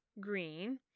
green